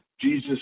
Jesus